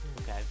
Okay